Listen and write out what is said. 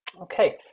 okay